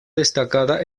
destacada